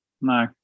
No